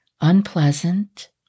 unpleasant